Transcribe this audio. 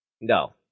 No